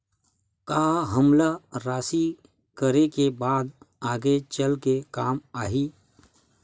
का हमला राशि करे के बाद आगे चल के काम आही?